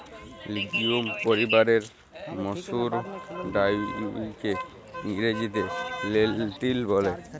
legume পরিবারের মসুর ডাইলকে ইংরেজিতে লেলটিল ব্যলে